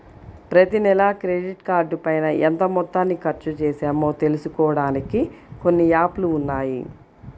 ప్రతినెలా క్రెడిట్ కార్డుపైన ఎంత మొత్తాన్ని ఖర్చుచేశామో తెలుసుకోడానికి కొన్ని యాప్ లు ఉన్నాయి